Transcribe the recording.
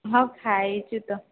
ହଁ ଖାଇଛି ତ